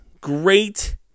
great